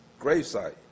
gravesite